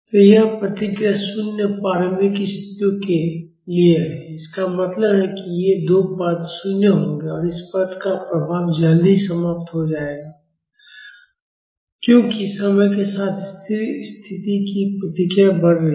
तो यह प्रतिक्रिया शून्य प्रारंभिक स्थितियों के लिए है इसका मतलब है कि ये दो पद 0 होंगे और इस पद का प्रभाव जल्द ही समाप्त हो जाएगा क्योंकि समय के साथ स्थिर स्थिति की प्रतिक्रिया बढ़ रही है